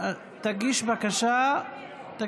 תגיש בקשה.